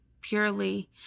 purely